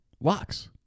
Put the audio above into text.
Locks